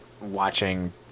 watching